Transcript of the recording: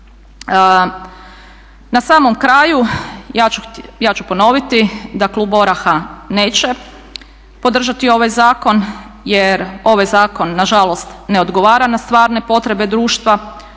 Na samom kraju ja ću ponoviti da klub ORAH-a neće podržati ovaj zakon, jer ovaj zakon na žalost ne odgovara na stvarne potrebe društva,